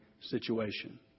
situation